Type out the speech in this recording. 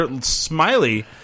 Smiley